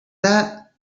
that